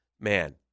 man